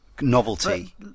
novelty